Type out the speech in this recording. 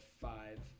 five